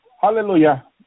Hallelujah